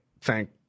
thank